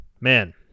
Man